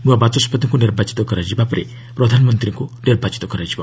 ନୂଆ ବାଚସ୍କତିଙ୍କୁ ନିର୍ବାଚିତ କରାଯିବା ପରେ ପ୍ରଧାନମନ୍ତ୍ରୀଙ୍କୁ ନିର୍ବାଚିତ କରାଯିବ